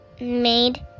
made